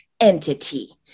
entity